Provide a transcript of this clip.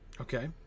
Okay